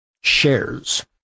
shares